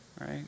right